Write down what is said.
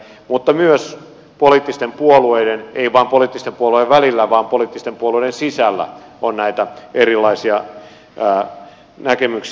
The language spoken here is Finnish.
mutta ei vain poliittisten puolueiden välillä vaan myös poliittisten puolueiden sisällä on näitä erilaisia näkemyksiä